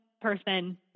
person